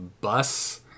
bus